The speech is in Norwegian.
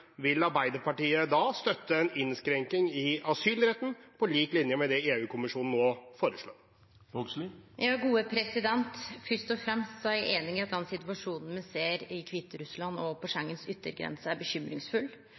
Vil Arbeiderpartiet da støtte en innskrenking i asylretten på lik linje med det EU-kommisjonen nå foreslår? Fyrst og fremst er eg einig i at den situasjonen me ser i Kviterussland og på Schengens yttergrense er